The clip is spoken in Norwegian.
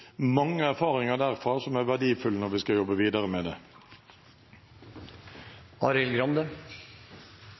mange erfaringer derfra som er verdifulle når vi skal jobbe videre med